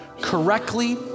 correctly